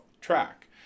track